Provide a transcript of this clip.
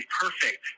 perfect